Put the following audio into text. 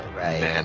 right